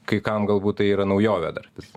kai kam galbūt tai yra naujovė dar vis